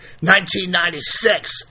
1996